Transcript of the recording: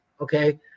Okay